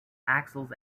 axles